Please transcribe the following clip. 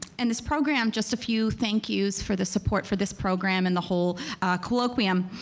and this program, just a few thank yous for the support for this program and the whole colloquium.